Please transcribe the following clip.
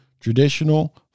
traditional